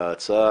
ההצעה,